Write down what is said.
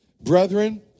brethren